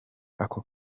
ako